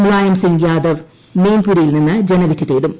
മുലായംസിംഗ് യാദവ് മെയിൻപുരിയിൽ നിന്ന് ജനവിധി തേടും